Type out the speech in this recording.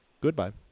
Goodbye